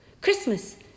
Christmas